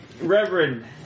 Reverend